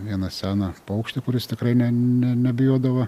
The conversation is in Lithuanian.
vieną seną paukštį kuris tikrai ne ne nebijodavo